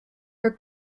her